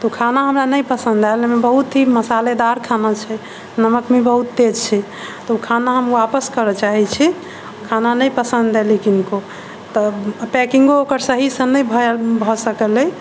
तऽ ओ खाना हमरा नहि पसन्द आयल ओहिमे बहुत अथी मसालेदार खाना छै नमक भी बहुत तेज छै तऽ ओ खाना हम वापस करय चाहे छी खाना नहि पसन्द एलै किनको तऽ पैकिंगो ओकर सही से नहि भऽ सकल अछि